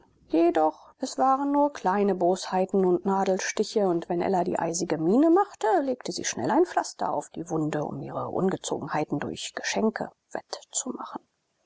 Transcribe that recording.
jedoch es waren nur kleine bosheiten und nadelstiche und wenn ella die eisige miene machte legte sie schnell ein pflaster auf die wunde um ihre ungezogenheiten durch geschenke wettzumachen